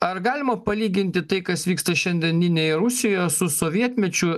ar galima palyginti tai kas vyksta šiandieninėj rusijoj su sovietmečiu